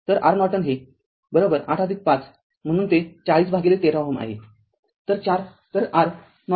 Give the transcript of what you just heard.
तर R Norton हे ८५ म्हणून ते ४० भागिले १३ Ω आहे